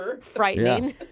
frightening